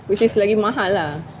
which is like lagi mahal lah